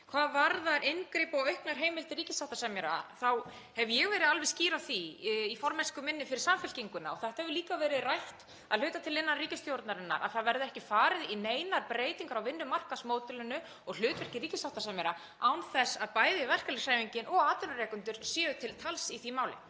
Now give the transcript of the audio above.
Hvað varðar inngrip og auknar heimildir ríkissáttasemjara þá hef ég verið alveg skýr á því í formennsku minni fyrir Samfylkinguna, og þetta hefur líka verið rætt að hluta til innan ríkisstjórnarinnar, að það verði ekki farið í neinar breytingar á vinnumarkaðsmódelinu og hlutverki ríkissáttasemjara án þess að bæði verkalýðshreyfingin og atvinnurekendur séu til tals í því máli.